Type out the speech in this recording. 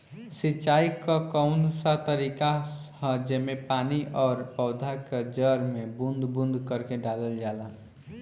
सिंचाई क कउन सा तरीका ह जेम्मे पानी और पौधा क जड़ में बूंद बूंद करके डालल जाला?